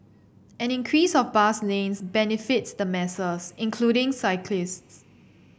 an increase of bus lanes benefits the masses including cyclists